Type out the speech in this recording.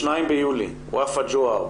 ב-2 ביולי ופא ג'והר,